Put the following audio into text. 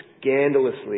scandalously